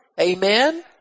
Amen